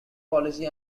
policy